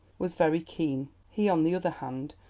was very keen. he, on the other hand,